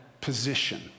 position